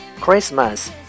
Christmas